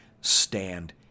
stand